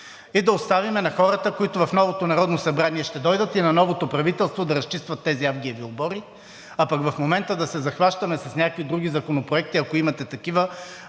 и да оставим на хората, които в новото Народно събрание ще дойдат, и на новото правителство да разчистват тези авгиеви обори. А пък в момента да се захващаме с някакви други законопроекти, ако имате такива,